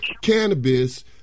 cannabis